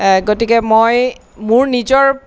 গতিকে মই মোৰ নিজৰ যদি